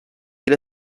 era